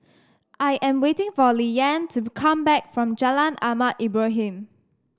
I am waiting for Liane to come back from Jalan Ahmad Ibrahim